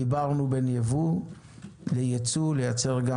חיברנו בין ייבוא לייצוא לייצר גם